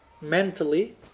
mentally